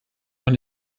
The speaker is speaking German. noch